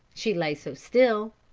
she lay so still.